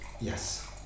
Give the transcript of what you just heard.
Yes